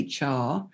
HR